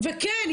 וכן,